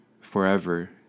forever